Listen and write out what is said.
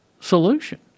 solution